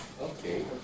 Okay